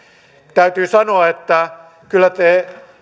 täytyy sanoa että kyllä te